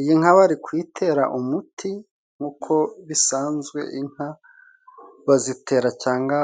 Iyi nka bari kuyitera umuti, nk'uko bisanzwe inka bazitera cyangwa